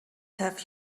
have